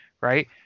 right